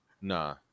nah